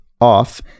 off